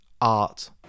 art